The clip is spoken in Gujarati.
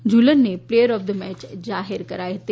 ઝૂલનને પ્લેયર ઓફ ધ મેચ જાહેર કરાઇ હતી